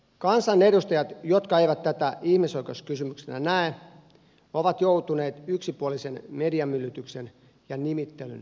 kansanedustajat jotka eivät tätä ihmisoikeuskysymyksenä näe ovat joutuneet yksipuolisen mediamyllytyksen ja nimittelyn kohteeksi